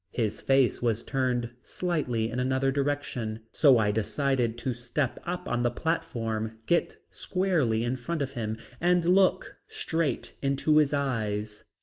his face was turned slightly in another direction, so i decided to step up on the platform get squarely in front of him and look straight into his eyes.